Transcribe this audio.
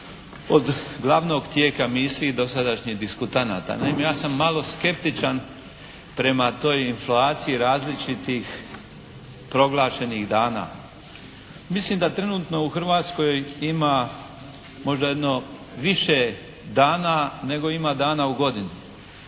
od glavnog tijeka misije dosadašnjih diskutanata. Naime ja sam malo skeptičan prema toj inflaciji različitih proglašenih dana. Mislim da trenutno u Hrvatskoj ima možda jedno više dana nego ima dana u godini.